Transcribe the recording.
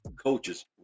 coaches